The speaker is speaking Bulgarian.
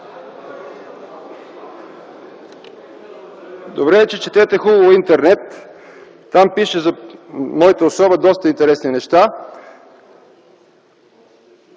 Добре е, че четете хубаво Интернет. Там пише за моята особа доста интересни неща.